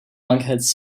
lunkheads